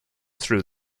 through